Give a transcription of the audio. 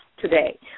Today